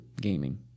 gaming